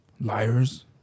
liars